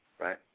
right